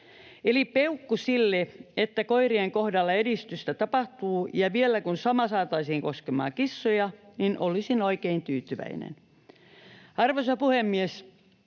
Eli peukku sille, että koirien kohdalla edistystä tapahtuu, ja vielä kun sama saataisiin koskemaan kissoja, niin olisin oikein tyytyväinen. Arvoisa puhemies!